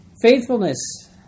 Faithfulness